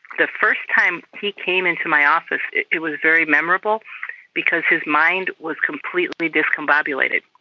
the first time he came into my office it it was very memorable because his mind was completely discombobulated.